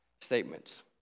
statements